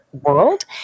world